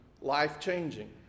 life-changing